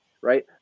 right